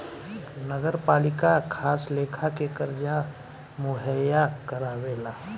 नगरपालिका खास लेखा के कर्जा मुहैया करावेला